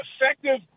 effective